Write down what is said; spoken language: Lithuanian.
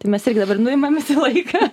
tai mes irgi dabar nuimame tą laiką